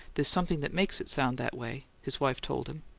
there's something that makes it sound that way, his wife told him.